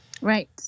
right